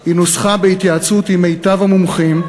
ושקולה, היא נוסחה בהתייעצות עם מיטב המומחים,